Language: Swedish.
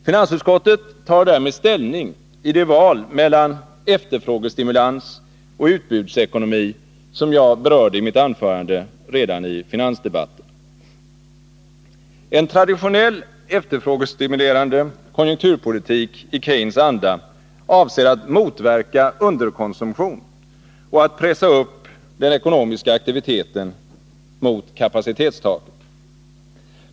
Finansutskottet tar därmed ställning i det val mellan efterfrågestimulans och utbudsekonomi som jag berörde redan i finansdebatten. En traditionell efterfrågestimulerande konjunkturpolitik i Keynes anda avser att motverka underkonsumtion och att pressa upp den ekonomiska aktiviteten mot kapacitetstaket.